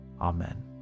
Amen